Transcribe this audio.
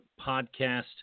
podcast